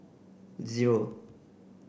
zero